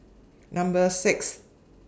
Number six